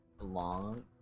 long